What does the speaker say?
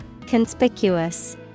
Conspicuous